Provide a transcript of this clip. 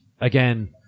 again